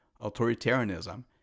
authoritarianism